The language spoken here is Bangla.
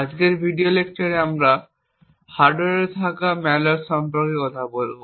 আজকের ভিডিও লেকচারে আমরা হার্ডওয়্যারে থাকা ম্যালওয়্যার সম্পর্কে কথা বলব